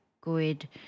good